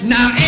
Now